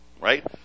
right